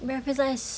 it's just